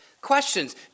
questions